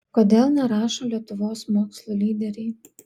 kodėl nerašo lietuvos mokslo lyderiai